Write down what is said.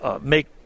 make